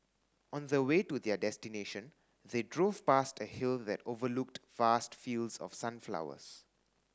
on the way to their destination they drove past a hill that overlooked vast fields of sunflowers